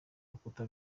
rukuta